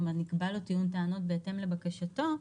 נקבע לו טיעון טענות בהתאם לבקשתו,